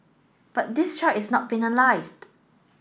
but this child is not penalised